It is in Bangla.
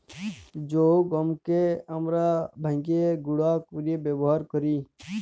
জ্যে গহমকে আমরা ভাইঙ্গে গুঁড়া কইরে ব্যাবহার কৈরি